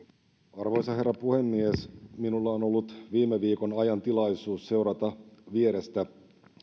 arvoisa herra puhemies minulla on ollut viime viikon ajan tilaisuus seurata vierestä